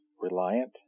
reliant